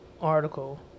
article